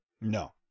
No